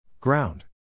Ground